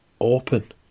open